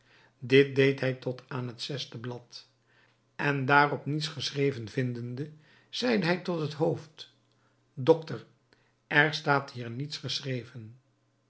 dit deed hij tot aan het zesde blad en daarop niets geschreven vindende zeide hij tot het hoofd doctor er staat hier niets geschreven